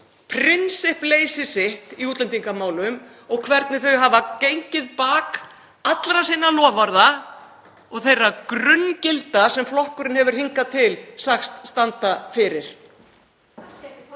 prinsippleysi sitt í útlendingamálum og hvernig þau hafa gengið bak allra sinna loforða og þeirra grunngilda sem flokkurinn hefur hingað til sagst standa fyrir.